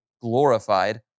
glorified